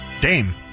Dame